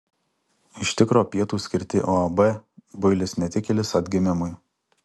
iš tikro pietūs skirti uab builis netikėlis atgimimui